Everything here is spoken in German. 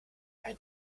ein